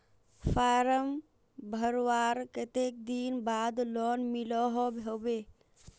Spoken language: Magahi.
फारम भरवार कते दिन बाद लोन मिलोहो होबे?